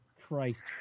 Christ